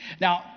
Now